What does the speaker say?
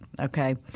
okay